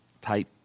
type